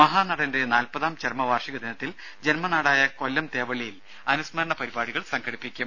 മഹാനടന്റെ നാൽപതാം ചരമവാർഷികദിനത്തിൽ ജൻമനാടായ കൊല്ലം തേവള്ളിയിൽ അനുസ്മരണ പരിപാടികൾ നടക്കും